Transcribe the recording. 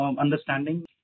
understanding